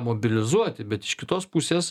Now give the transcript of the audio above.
mobilizuoti bet iš kitos pusės